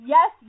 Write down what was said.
Yes